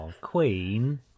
Queen